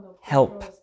help